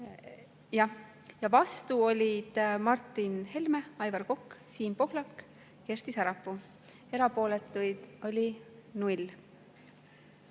…Jah, vastu olid Martin Helme, Aivar Kokk, Siim Pohlak ja Kersti Sarapuu. Erapooletuid oli 0.